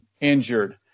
injured